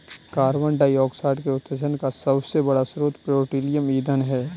carbon dioxide के उत्सर्जन का सबसे बड़ा स्रोत पेट्रोलियम ईंधन है